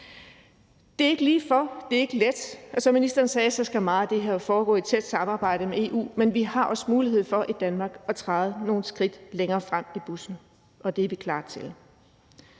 Det ligger ikke ligefor, det er ikke let, og som ministeren sagde, skal meget af det her foregå i tæt samarbejde med EU. Men vi har også mulighed for i Danmark at træde nogle skridt længere frem i bussen, og det er vi klar til.